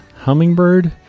Hummingbird